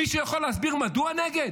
מישהו יכול להסביר מדוע נגד?